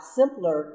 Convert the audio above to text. simpler